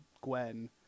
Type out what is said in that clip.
Gwen